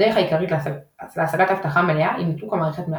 הדרך העיקרית להשגת אבטחה מלאה היא ניתוק המערכת מהרשת,